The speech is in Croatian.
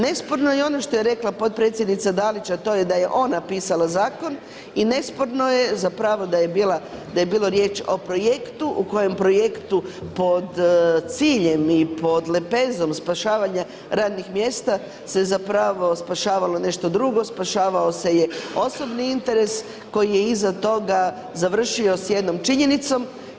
Nesporno je i ono što je rekla potpredsjednica Dalić a to je da je ona pisala zakon i nesporno je zapravo da je bila, da je bilo riječ o projektu, u kojem projektu pod ciljem i pod lepezom spašavanja radnih mjesta se zapravo spašavalo nešto drugo, spašavao se je osobni interes koji je iza toga završio sa jednom činjenicom.